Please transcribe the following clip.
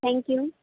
thank you